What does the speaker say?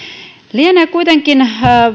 lienee kuitenkin